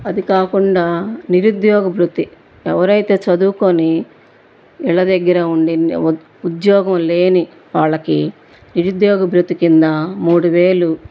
అది కాకుండా నిరుద్యోగ భృత్తి ఎవరైతే చదువుకొని ఇళ్ళ దగ్గర ఉండి ఉద్యోగం లేని వాళ్ళకి నిరుద్యోగ భృత్తి కింద మూడు వేలు